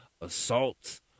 assaults